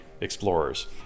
explorers